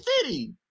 city